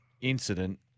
incident